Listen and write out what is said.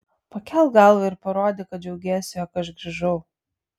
pakelk galvą ir parodyk kad džiaugiesi jog aš grįžau